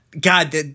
God